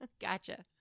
Gotcha